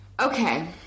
Okay